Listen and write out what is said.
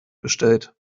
bestellt